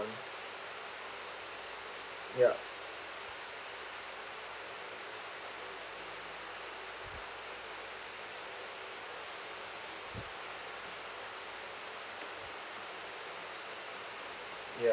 ya ya